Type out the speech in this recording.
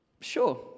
sure